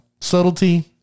Subtlety